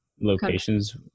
locations